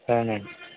సరేనండి